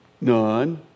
None